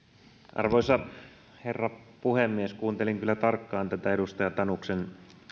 arvoisa herra puhemies kuuntelin kyllä tarkkaan edustaja tanuksen